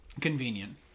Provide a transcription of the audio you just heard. Convenient